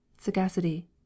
sagacity